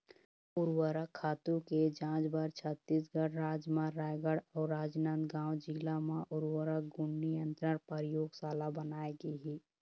उरवरक खातू के जांच बर छत्तीसगढ़ राज म रायगढ़ अउ राजनांदगांव जिला म उर्वरक गुन नियंत्रन परयोगसाला बनाए गे हे